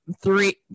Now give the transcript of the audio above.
three